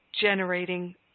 generating